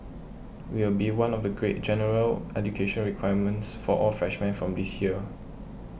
it will be one of the great general education requirements for all freshmen from this year